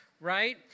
right